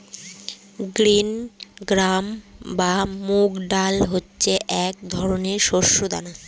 green gram বা মুগ ডাল হচ্ছে এক ধরনের শস্য দানা